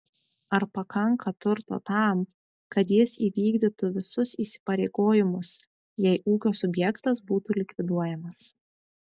ar pakanka turto tam kad jis įvykdytų visus įsipareigojimus jei ūkio subjektas būtų likviduojamas